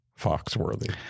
Foxworthy